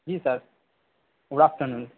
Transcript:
ji sir good afternoon